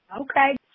Okay